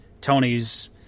Tony's